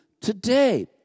today